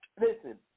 Listen